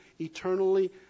eternally